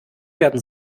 werden